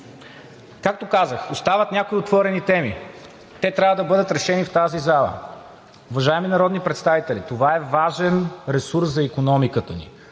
Както казах, остават някои отворени теми. Те трябва да бъдат решени в тази зала. Уважаеми народни представители, това е важен ресурс за икономиката ни.